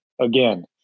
Again